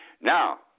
now